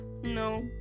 No